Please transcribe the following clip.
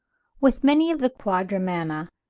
with many of the quadrumana,